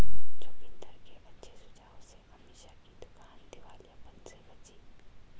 जोगिंदर के अच्छे सुझाव से अमीषा की दुकान दिवालियापन से बची